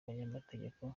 banyamategeko